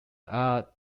are